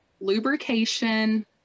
lubrication